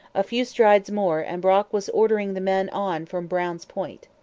a few strides more, and brock was ordering the men on from brown's point.